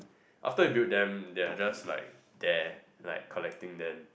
after you build them they are just like there like collecting then